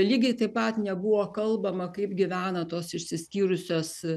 lygiai taip pat nebuvo kalbama kaip gyvena tos išsiskyrusios